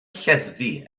lleddfu